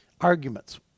Arguments